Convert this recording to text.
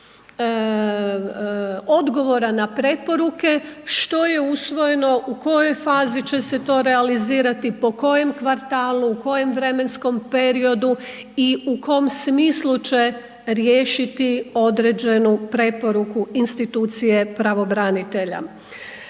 odgovora na preporuke što je usvojeno, u kojoj fazi će se to realizirati, po kojem kvartalu, u kojem vremenskom periodu i u kom smislu će riješiti određenu preporuku institucije pravobranitelja.